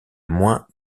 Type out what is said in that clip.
moins